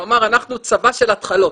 הוא אמר: אנחנו צבא של התחלות.